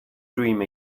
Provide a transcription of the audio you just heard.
dream